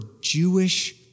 Jewish